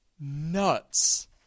nuts